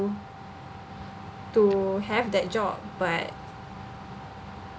to have that job but